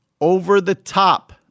over-the-top